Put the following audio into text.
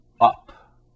Up